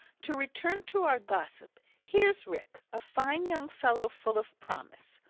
to return to our gossip. here's rick, a fine young fellow full of promise.